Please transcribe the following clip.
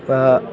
तऽ